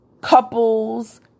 couples